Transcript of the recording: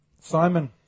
Simon